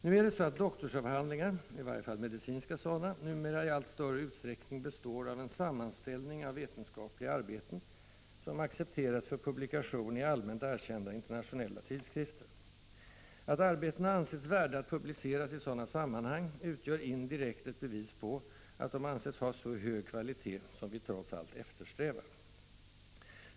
Nu är det så att doktorsavhandlingar, i varje fall medicinska sådana, numera i allt större utsträckning består av en sammanställning av vetenskapliga arbeten som accepterats för publikation i allmänt erkända internationel la tidskrifter. Att arbetena ansetts värda att publiceras i sådana sammanhang utgör indirekt ett bevis på att de bedömts ha den höga kvalitet som vi trots allt eftersträvar.